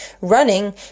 running